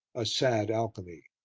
a sad alchemy,